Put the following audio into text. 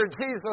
Jesus